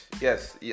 Yes